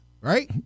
right